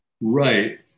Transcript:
Right